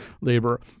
labor